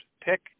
pick